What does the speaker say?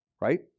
Right